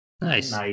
Nice